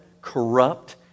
corrupt